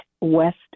west